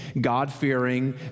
God-fearing